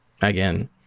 Again